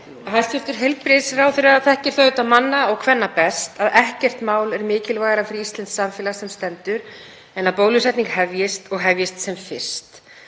Hæstv. heilbrigðisráðherra þekkir það auðvitað manna og kvenna best að ekkert mál er mikilvægara fyrir íslenskt samfélag sem stendur en að bólusetning hefjist og hefjist sem fyrst.